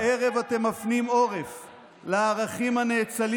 הערב אתם מפנים עורף לערכים הנאצלים